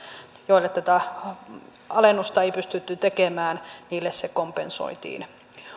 joille tätä alennusta ei pystytty tekemään se kompensoitiin